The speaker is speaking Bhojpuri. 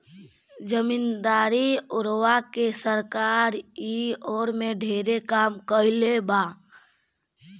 जमीदारी ओरवा के सरकार इ ओर में ढेरे काम कईले बिया